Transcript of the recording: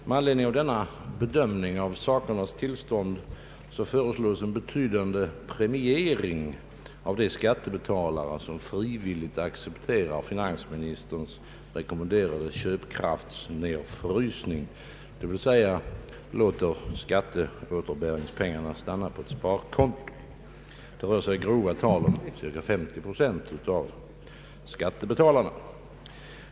Med anledning av denna bedömning av sakernas tillstånd föreslås en betydande premiering för de skattebetalare som frivilligt accepterar finansministerns rekommenderade köpkraftsnedfrysning, dvs. låter skatteåterbäringspengarna stanna på ett sparkonto. Det rör sig i grova tal om cirka 50 procent av skattebetalarna.